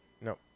No